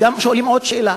והם שואלים עוד שאלה: